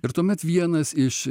ir tuomet vienas iš